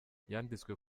yanditswe